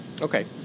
Okay